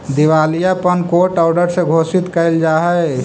दिवालियापन court order से घोषित कैल जा हई